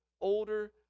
older